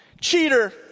cheater